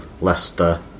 Leicester